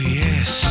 yes